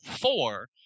Four